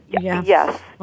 yes